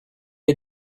est